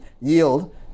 yield